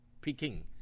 Peking